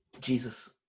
Jesus